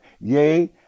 yea